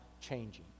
changing